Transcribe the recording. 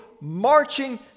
marching